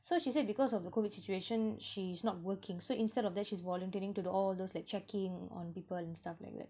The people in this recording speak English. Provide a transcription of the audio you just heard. so she said because of the COVID situation she's not working so instead of that she's volunteering to the all those like check in on people and stuff like that